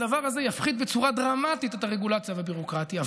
הדבר הזה יפחית בצורה דרמטית את הרגולציה והביורוקרטיה,